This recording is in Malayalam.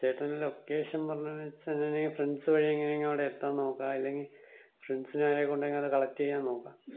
ചേട്ടൻ്റെ ലൊക്കേഷൻ പറഞ്ഞു തന്നുന്നു വെച്ച ഫ്രണ്ട്സ് വഴി എങ്ങനെങ്കിലും എത്താൻ നോക്കാം അല്ലെങ്കിൽ ഫ്രണ്ട്സിനാരെ കൊണ്ടെങ്കിലും അത് കളക്ട് ചെയ്യാൻ നോക്കാം